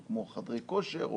או כמו חדרי כושר,